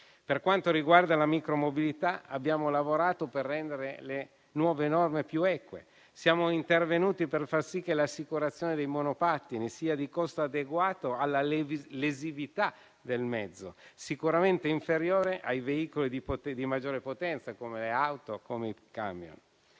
Per quanto riguarda la micromobilità, abbiamo lavorato per rendere le nuove norme più eque. Siamo intervenuti per far sì che l'assicurazione dei monopattini sia di costo adeguato alla lesività del mezzo, sicuramente inferiore ai veicoli di maggiore potenza come le auto o i camion.